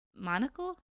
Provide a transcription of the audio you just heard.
Monocle